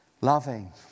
loving